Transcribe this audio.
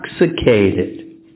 intoxicated